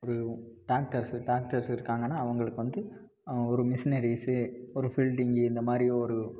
ஒரு doctors doctors இருக்காங்கன்னா அவங்களுக்கு வந்து ஒரு மிஷினரிஸு ஒரு ஃபில்டிங்கு இந்த மாதிரி ஒரு